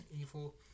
evil